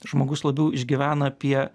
žmogus labiau išgyvena apie